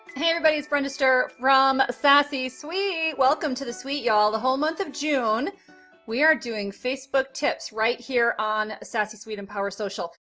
hey, everybody! it's brenda ster from sassy suite. welcome to the suite y'all. the whole month of june we are doing facebook tips right here on sassy suite, empowersocial.